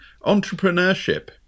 entrepreneurship